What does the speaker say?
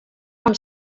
van